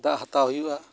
ᱫᱟᱜ ᱦᱟᱛᱟᱣ ᱦᱩᱭᱩᱜᱼᱟ